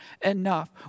enough